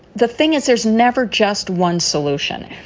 the thing is, there's never just one solution.